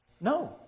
No